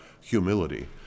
humility